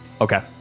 Okay